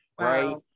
Right